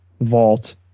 vault